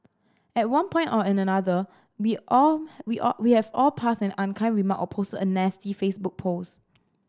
at one point or another we all we all we have all passed an unkind remark or posted a nasty Facebook post